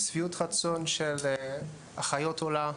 שביעות הרצון של האחיות עולה,